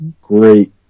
Great